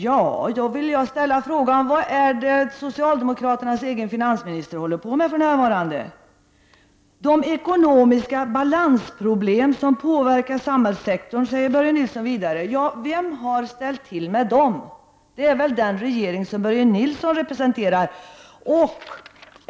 Jag vill ställa frågan: Vad är det socialdemokraternas egen finansminister håller på med för närvarande? De ekonomiska balansproblem som påverkar samhällssektorn, säger Börje Nilsson vidare. Vem har ställt till med dem? Det är väl den regering som Börje Nilsson representerar.